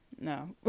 No